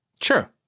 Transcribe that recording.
Sure